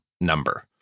number